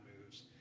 moves